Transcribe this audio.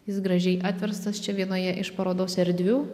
jis gražiai atverstas čia vienoje iš parodos erdvių